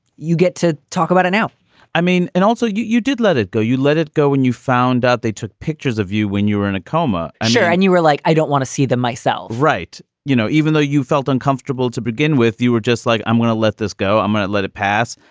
you get to talk about it now i mean, and also you you did let it go. you let it go when you found out. they took pictures of you when you were in a coma and and you were like, i don't want to see them myself. right. you know, even though you felt uncomfortable to begin with, you were just like, i'm going to let this go. i'm going to let it pass.